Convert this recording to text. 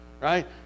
right